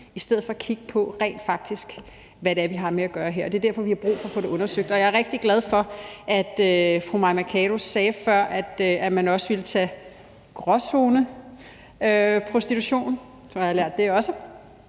i stedet for at kigge på, hvad det rent faktisk er, vi har med at gøre her. Det er derfor, vi har brug for at få det undersøgt. Jeg er rigtig glad for, at fru Mai Mercado sagde før, at man også vil tage gråzoneprostitution – så har jeg også